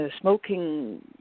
smoking